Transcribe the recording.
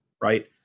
right